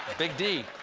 big d.